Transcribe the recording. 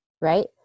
right